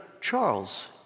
Charles